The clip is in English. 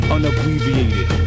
Unabbreviated